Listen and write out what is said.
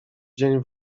dzień